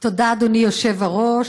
תודה, אדוני היושב-ראש.